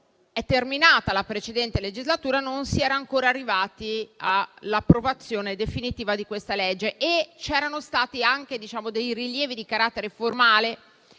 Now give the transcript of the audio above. Quando è terminata la precedente legislatura non si era ancora arrivati all'approvazione definitiva di questo disegno di legge, e c'erano stati anche dei rilievi di carattere formale